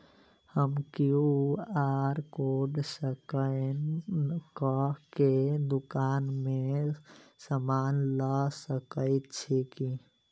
हम QR code scan कऽ केँ दुकान मे समान लऽ सकैत छी की?